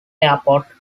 airport